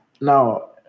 now